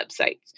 websites